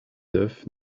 d’œuf